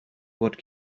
what